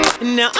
Now